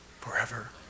forever